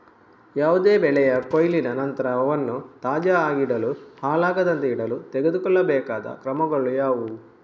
ಯಾವುದೇ ಬೆಳೆಯ ಕೊಯ್ಲಿನ ನಂತರ ಅವನ್ನು ತಾಜಾ ಆಗಿಡಲು, ಹಾಳಾಗದಂತೆ ಇಡಲು ತೆಗೆದುಕೊಳ್ಳಬೇಕಾದ ಕ್ರಮಗಳು ಯಾವುವು?